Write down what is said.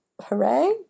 Hooray